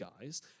guys